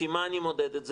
לפי מה אני מודד את זה?